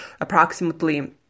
approximately